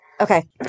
Okay